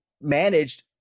managed